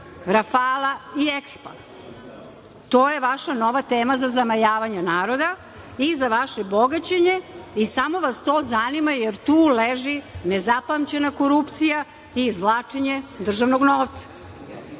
"rafala" i EKSPO-a. To je vaša nova tema za zamajavanje naroda i za vaše bogaćenje i samo vas to zanima, jer tu leži nezapamćena korupcija i izvlačenje državnog